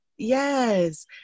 Yes